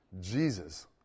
Jesus